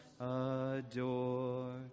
adore